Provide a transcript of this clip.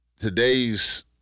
Today's